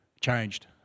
changed